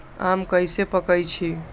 आम कईसे पकईछी?